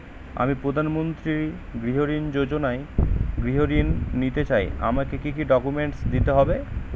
আমি প্রধানমন্ত্রী গৃহ ঋণ যোজনায় গৃহ ঋণ নিতে চাই আমাকে কি কি ডকুমেন্টস দিতে হবে?